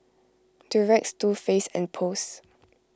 Durex Too Faced and Post